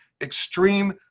extreme